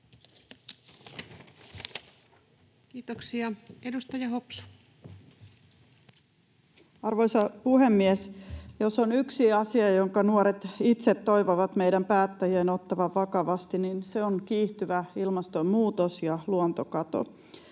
Time: 20:48 Content: Arvoisa puhemies! Jos on yksi asia, jonka nuoret itse toivovat meidän päättäjien ottavan vakavasti, niin se on kiihtyvä ilmastonmuutos ja luontokato.